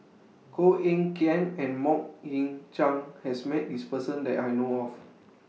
Koh Eng Kian and Mok Ying Jang has Met This Person that I know of